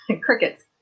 Crickets